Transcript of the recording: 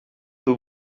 the